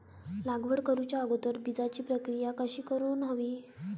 लागवड करूच्या अगोदर बिजाची प्रकिया कशी करून हवी?